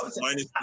Minus